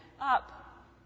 up